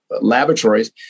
laboratories